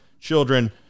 children